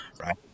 right